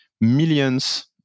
millions